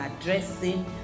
addressing